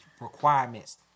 requirements